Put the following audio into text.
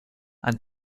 and